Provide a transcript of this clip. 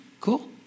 cool